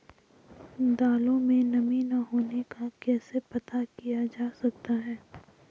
दालों में नमी न होने का कैसे पता किया जा सकता है?